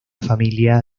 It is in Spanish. familia